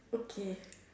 okay